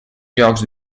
llocs